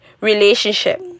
relationship